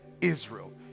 Israel